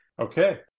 okay